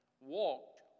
walked